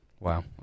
Wow